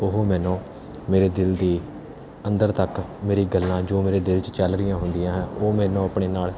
ਉਹ ਮੈਨੂੰ ਮੇਰੇ ਦਿਲ ਦੇ ਅੰਦਰ ਤੱਕ ਮੇਰੀਆਂ ਗੱਲਾਂ ਜੋ ਮੇਰੇ ਦਿਲ 'ਚ ਚੱਲ ਰਹੀਆਂ ਹੁੰਦੀਆਂ ਹੈ ਉਹ ਮੈਨੂੰ ਆਪਣੇ ਨਾਲ